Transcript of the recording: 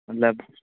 مطلب